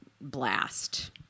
blast